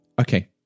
okay